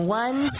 one